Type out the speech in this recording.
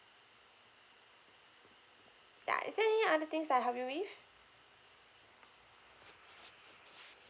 ya is there any other things that I can help you with